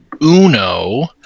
Uno